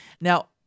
Now